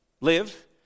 live